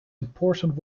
important